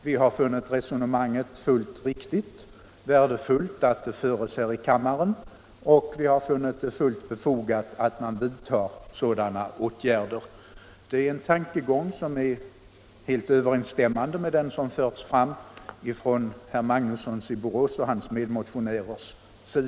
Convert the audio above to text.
Vi har funnit resonemanget fullt riktigt, vi har ansett det värdefullt att det föres här i kammaren och vi har funnit det fullt befogat att man vidtar sådana åtgärder som föreslås i motionen. Tankegången är helt överensstämmande med den som förts fram av herr Magnusson i Borås och hans medmotionärer.